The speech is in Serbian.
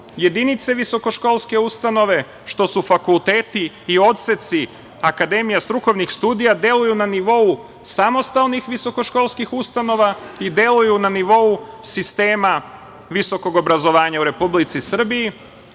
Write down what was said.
jedinice visokoškolske ustanove, što su fakulteti i odseci akademija strukovnih studija, deluju na nivou samostalnih visokoškolskih ustanova i deluju na nivou sistema visokog obrazovanja u Republici